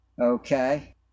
Okay